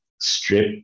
strip